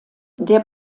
der